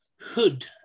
Hood